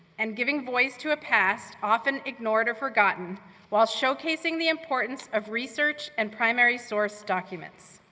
and giving voice to a past often ignored or forgotten while showcasing the importance of research and primary source documents.